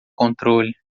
controle